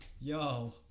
yo